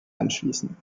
anschließen